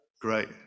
Great